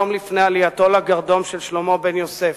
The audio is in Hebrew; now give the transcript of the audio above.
יום לפני עלייתו לגרדום של שלמה בן-יוסף,